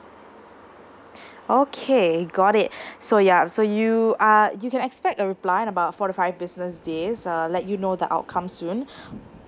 okay got it so ya so you are you can expect a reply in about four to five business days err I'll let you know the outcome soon